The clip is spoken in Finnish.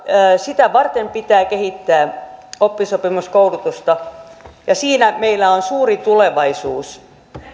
sitä varten pitää kehittää oppisopimuskoulutusta ja siinä meillä on suuri tulevaisuus